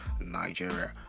Nigeria